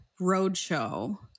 roadshow